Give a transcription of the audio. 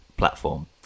platform